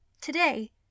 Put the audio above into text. Today